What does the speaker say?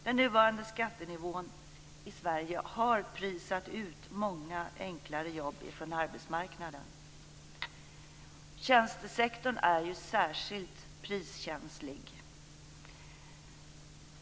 Den nuvarande skattenivån i Sverige har prisat ut många enklare jobb från arbetsmarknaden. Tjänstesektorn är särskilt priskänslig.